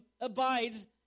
abides